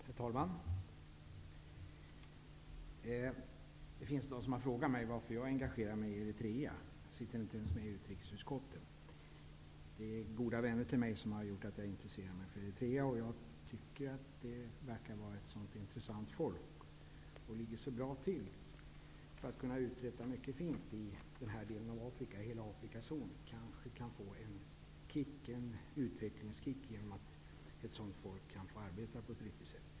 Herr talman! Det finns de som har frågat mig varför jag engagerar mig i Eritrea -- jag som inte ens sitter med i utrikesutskottet. Men jag kan säga att det är goda vänner till mig som fått mig att intressera mig för Eritrea. Jag tycker att det eritreanska folket verkar vara mycket intressant. Landet ligger mycket bra till när det gäller möjligheterna att i den här aktuella delen av Afrika uträtta mycket som är fint. Hela Afrikas Horn kan kanske få en utvecklingskick genom att folket får arbeta på ett riktigt sätt.